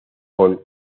con